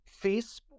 Facebook